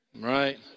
Right